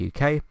UK